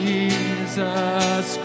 Jesus